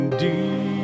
deep